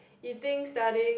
you think studying